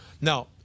Now